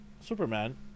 Superman